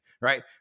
Right